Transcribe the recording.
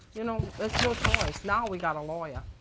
you know? there's no choice. now, we've got a lawyer.